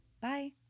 Bye